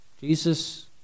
Jesus